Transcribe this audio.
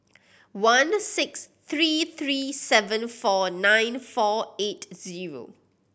one six three three seven four nine four eight zero